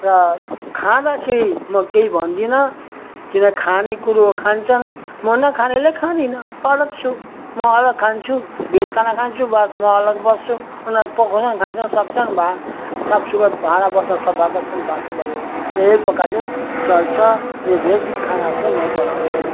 र खाँदाखेरि म केही भन्दिनँ किन खाने कुरो हो खान्छ्न् म नखानेले खाँदिन अलग छु म अलग खान्छु भेज खाना खान्छु बास म अलग बस्छु उनीहरू पकाउँछन् खान्छन् सक्छन् भा साफसुग्घर भाँडा बर्तन सफा गर्छन् बास भयो यही प्रकारले चल्छ अनि भेज खाना चाहिँ म बनाउँछु